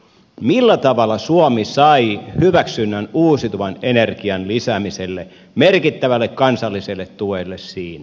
millä tavalla suomi sai hyväksynnän uusiutuvan energian lisäämiselle merkittävälle kansalliselle tuelle siinä